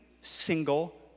single